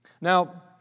Now